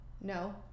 No